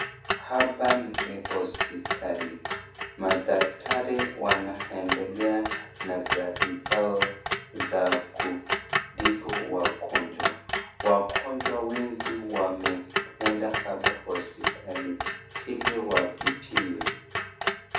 Hapa ni hospitali. Madaktari wanaendelea na kazi zao za kutibu wagonjwa. Wagonjwa wengi wameenda hapa hospitali ili watibiwe.